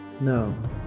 No